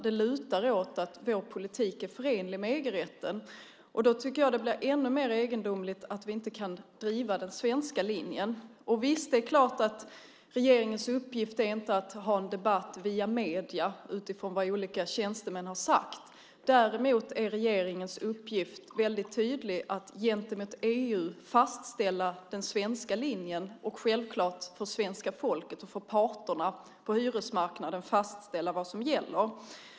Det lutar åt att vår politik är förenlig med EG-rätten. Det blir därför ännu mer egendomligt att vi inte kan driva den svenska linjen. Visst är regeringens uppgift inte att ha en debatt via medierna utifrån vad olika tjänstemän har sagt. Däremot är regeringens uppgift väldigt tydlig att gentemot EU fastställa den svenska linjen. Den ska självklart för svenska folket och parterna på hyresmarknaden fastställa vad som gäller.